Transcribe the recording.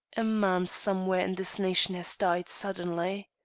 a man somewhere in this nation has died suddenly.